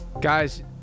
guys